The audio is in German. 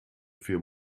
für